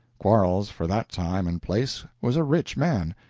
quarles, for that time and place, was a rich man.